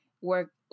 work